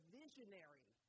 visionary